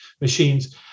machines